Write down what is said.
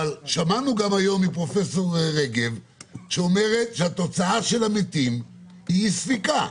אבל שמענו גם היום מפרופ' רגב שאומרת שהתוצאה של המתים היא אי ספיקה.